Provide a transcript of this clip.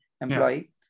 employee